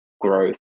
growth